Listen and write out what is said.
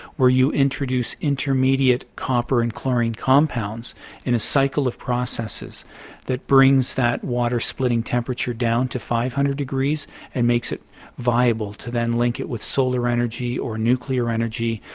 where you introduce intermediate copper and chlorine compounds in a cycle of processes that brings that water splitting temperature down to five hundred degrees and makes it viable to then link it with solar energy or nuclear energy,